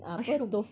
mushroom